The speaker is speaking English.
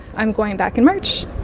i'm going back in march,